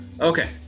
Okay